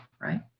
right